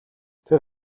тэр